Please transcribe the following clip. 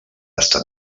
estat